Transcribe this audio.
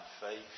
faith